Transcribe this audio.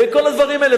וכל הדברים האלה.